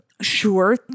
Sure